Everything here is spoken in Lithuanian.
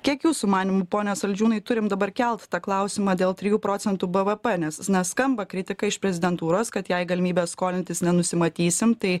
kiek jūsų manymu pone saldžiūnai turim dabar kelt tą klausimą dėl trijų procentų bvp nes na skamba kritika iš prezidentūros kad jei galimybės skolintis nenusimatysim tai